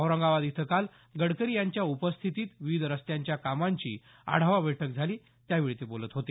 औरंगाबाद इथं काल गडकरी यांच्या उपस्थितीत विविध रस्त्यांच्या कामांची आढावा बैठक झाली त्यावेळी ते बोलत होते